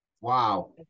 Wow